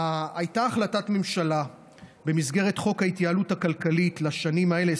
הייתה החלטת ממשלה במסגרת חוק ההתייעלות הכלכלית לשנים האלה,